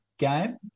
game